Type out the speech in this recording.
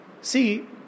See